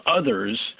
others